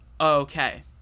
Okay